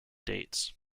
dates